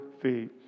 feet